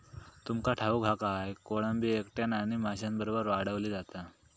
तुमका ठाऊक हा काय, कोळंबी एकट्यानं आणि माशांबरोबर वाढवली जाता